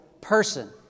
person